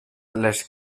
les